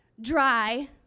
dry